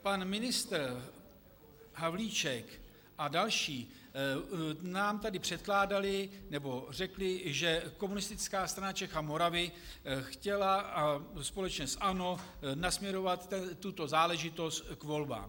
Pan ministr Havlíček a další nám tady řekli, že Komunistická strana Čech a Moravy chtěla společně s ANO nasměrovat tuto záležitost k volbám.